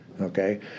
okay